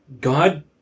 God